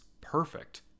perfect